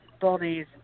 bodies